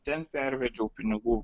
ten pervedžiau pinigų